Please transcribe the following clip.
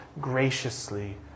graciously